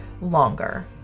longer